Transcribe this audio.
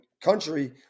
country